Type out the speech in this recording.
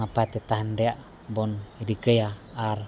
ᱱᱟᱯᱟᱭᱛᱮ ᱛᱟᱦᱮᱱ ᱨᱮᱭᱟᱜ ᱵᱚᱱ ᱨᱤᱠᱟᱹᱭᱟ ᱟᱨ